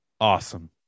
Awesome